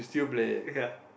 ya